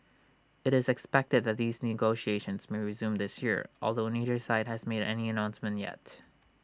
IT is expected that these negotiations may resume this year although neither side has made any announcements yet